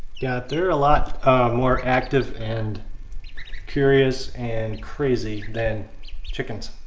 they're a lot more active and curious and crazy than chickens.